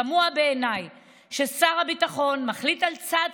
תמוה בעיניי ששר הביטחון מחליט על צעד